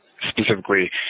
specifically